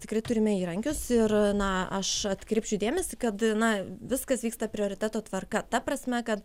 tikrai turime įrankius ir na aš atkreipsiu dėmesį kad na viskas vyksta prioriteto tvarka ta prasme kad